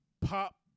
pop